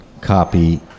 copy